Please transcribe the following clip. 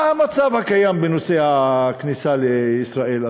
מה המצב הקיים בנושא הכניסה לישראל,